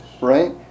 right